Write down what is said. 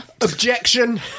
Objection